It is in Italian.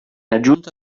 aggiunta